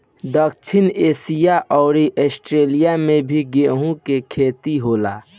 दक्षिण एशिया अउर आस्ट्रेलिया में भी गेंहू के खेती होला